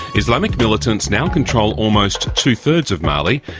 islamic militants now control almost two-thirds of mali,